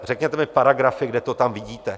Řekněte mi paragrafy, kde to tam vidíte?